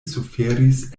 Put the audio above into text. suferis